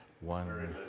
One